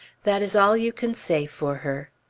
that is all you can say for her.